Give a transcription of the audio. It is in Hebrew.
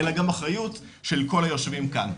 אלא גם אחריות של כל היושבים כאן.